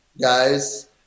guys